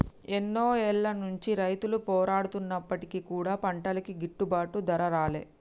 ఎన్నో ఏళ్ల నుంచి రైతులు పోరాడుతున్నప్పటికీ కూడా పంటలకి గిట్టుబాటు ధర రాలే